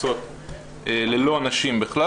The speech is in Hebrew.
מועצות ללא נשים בכלל.